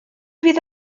fydd